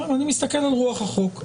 אני מסתכל על רוח החוק.